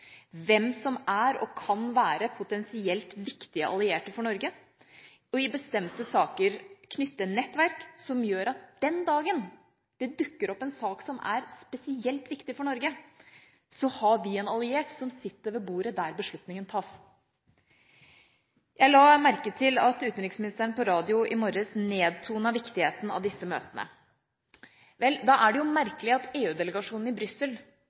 hvem som er og kan være potensielt viktige allierte for Norge, og i bestemte saker knytte nettverk som gjør at den dagen det dukker opp en sak som er spesielt viktig for Norge, har vi en alliert som sitter ved bordet der beslutningen tas. Jeg la merke til at utenriksministeren på radio i morges nedtonet viktigheten av disse møtene. Vel, da er det merkelig at EU-delegasjonen i Brussel,